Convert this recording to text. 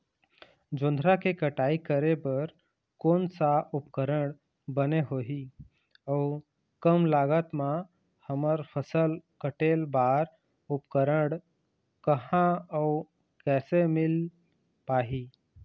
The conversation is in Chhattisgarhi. जोंधरा के कटाई करें बर कोन सा उपकरण बने होही अऊ कम लागत मा हमर फसल कटेल बार उपकरण कहा अउ कैसे मील पाही?